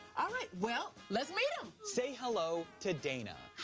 all right, well, let's meet him. say hello to dana.